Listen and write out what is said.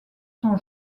sont